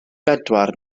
bedwar